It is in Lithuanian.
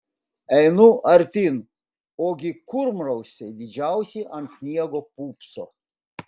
einu artyn ogi kurmrausiai didžiausi ant sniego pūpso